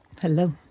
Hello